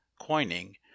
coining